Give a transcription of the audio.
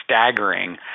staggering